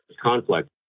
conflict